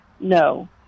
No